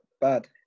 bad